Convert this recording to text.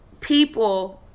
people